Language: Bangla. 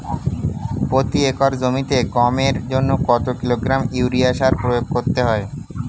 প্রতি একর জমিতে গমের জন্য কত কিলোগ্রাম ইউরিয়া সার প্রয়োগ করতে হয়?